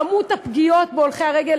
כמות הפגיעות בהולכי הרגל,